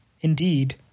Indeed